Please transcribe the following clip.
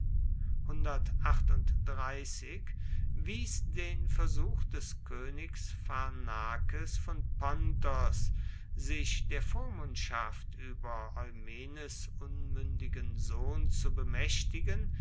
wies den versuch des königs pharnakes von pontos sich der vormundschaft über eumenes unmündigen sohn zu bemächtigen